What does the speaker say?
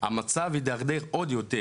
המצב התדרדר עוד יותר